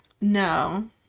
no